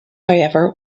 however